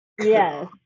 yes